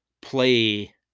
play